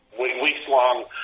weeks-long